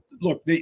look